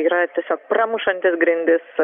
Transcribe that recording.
yra tiesiog pramušantis grindis